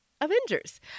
Avengers